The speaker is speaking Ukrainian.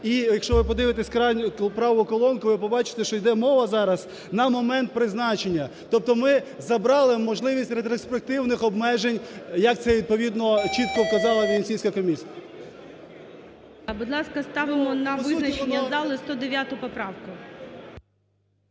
і якщо ви подивитесь праву колонку, ви побачите, що йде мова зараз: на момент призначення. Тобто ми забрали можливість ретроспективних обмежень, як це відповідно чітко вказала Венеційська комісія. ГОЛОВУЮЧИЙ. Будь ласка, ставимо на визначення залу 109 поправку.